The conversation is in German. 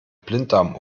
blinddarm